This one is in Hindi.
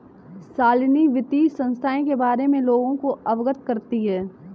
शालिनी वित्तीय संस्थाएं के बारे में लोगों को अवगत करती है